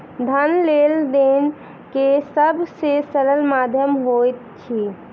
धन लेन देन के सब से सरल माध्यम होइत अछि